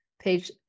Page